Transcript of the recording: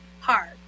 hard